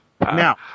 now